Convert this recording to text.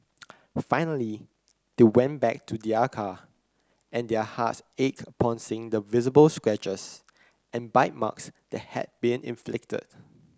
finally they went back to their car and their hearts ached upon seeing the visible scratches and bite marks that had been inflicted